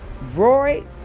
Roy